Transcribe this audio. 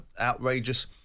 outrageous